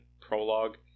prologue